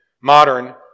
modern